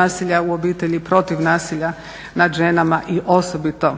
nasilja u obitelji, protiv nasilja nad ženama i osobito